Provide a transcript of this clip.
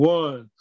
one